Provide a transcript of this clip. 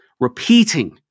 Repeating